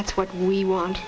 that's what we want